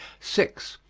six.